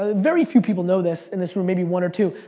ah very few people know this in this room, maybe one or two,